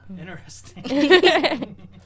interesting